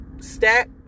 stack